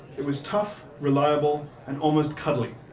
it was tough, reliable, and almost cuddly.